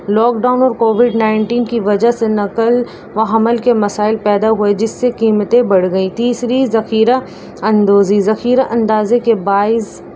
lock down اور Covid nineteen کی وجہ سے نقل و حمل کے مسائل پیدا ہوئے جس سے قیمتیں بڑھ گئیں تیسری ذخیرہ اندوزی ذخیرہ اندوزی کے باعث